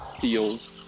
feels